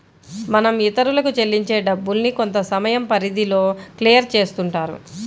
మనం ఇతరులకు చెల్లించే డబ్బుల్ని కొంతసమయం పరిధిలో క్లియర్ చేస్తుంటారు